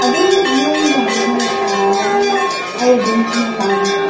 ꯑꯗꯨꯝ ꯃꯈꯣꯏ ꯂꯥꯛꯄ ꯐꯔꯛ ꯇꯥꯔꯦ ꯍꯥꯏꯕꯅꯤꯅ ꯑꯩ ꯑꯗꯨꯝ ꯊꯤꯜꯍꯜꯂꯛꯂꯒꯦ